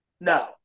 No